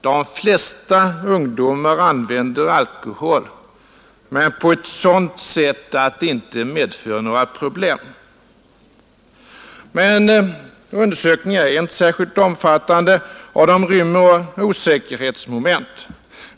De flesta ungdomar använder alkohol men på ett sådant sätt att det inte medför några problem. Men undersökningarna är inte särskilt omfattande, och de rymmer osäkerhetsmoment.